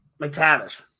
McTavish